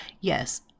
yes